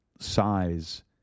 size